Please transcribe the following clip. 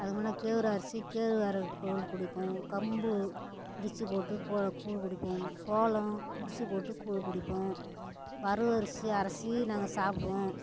அதுக்கு முன்ன கவுரு அரிசி கேழ்வரகு கூழ் குடிப்போம் கம்பு இடித்து போட்டு கூழ கூழ் குடிப்போம் சோளம் இடித்து போட்டு கூழ் குடிப்போம் வரவு அரிசியை அரைச்சி நாங்கள் சாப்புடுவோம்